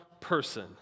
person